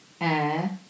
air